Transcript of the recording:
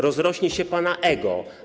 Rozrośnie się pana ego.